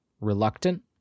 reluctant